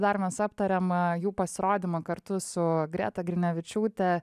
dar mes aptarėm jų pasirodymą kartu su greta grinevičiūtė